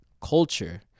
Culture